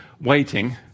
waiting